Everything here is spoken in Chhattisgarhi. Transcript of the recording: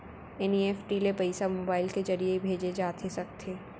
एन.ई.एफ.टी ले पइसा मोबाइल के ज़रिए भेजे जाथे सकथे?